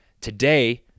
today